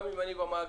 גם אם אני במאגר,